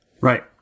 Right